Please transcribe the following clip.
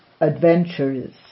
adventures